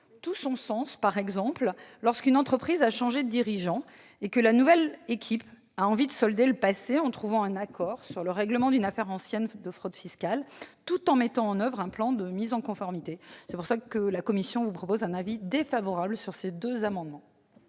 tout son sens lorsqu'une entreprise a changé de dirigeants et que la nouvelle équipe a envie de solder le passé en trouvant un accord sur le règlement d'une affaire ancienne de fraude fiscale, tout en mettant en oeuvre un plan de mise en conformité. C'est pourquoi la commission des lois émet un avis défavorable sur ces amendements